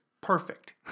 perfect